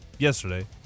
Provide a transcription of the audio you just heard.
Yesterday